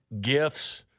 gifts